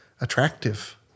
attractive